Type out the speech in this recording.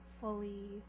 fully